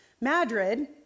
Madrid